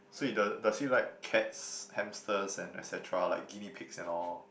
so he does does she like cats hamsters and et cetera like guinea pigs and all